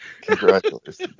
congratulations